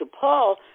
Paul